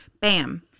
bam